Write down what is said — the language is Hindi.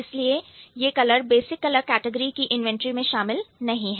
इसीलिए यह कलर बेसिक कलर कैटेगरी की इन्वेंटरी में शामिल नहीं है